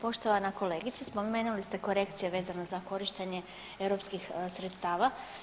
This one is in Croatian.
Poštovana kolegice spomenuli ste korekcije vezano za korištenje europskih sredstava.